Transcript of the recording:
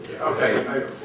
Okay